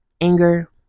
anger